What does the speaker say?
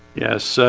yes, so